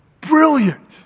brilliant